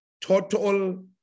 Total